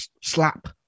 Slap